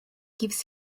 gives